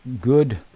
good